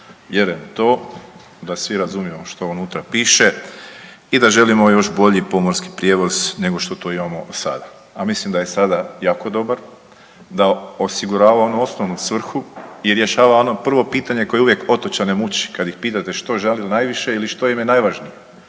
u to da svi razumijemo što unutra piše i da želimo još bolji pomorski prijevoz nego što to imamo sada. A mislim da je sada jako dobar, da osigurava onu osnovnu svrhu i rješava ono prvo pitanje koje uvijek otočane muči kad ih pitate što žele najviše ili što im je najvažnije,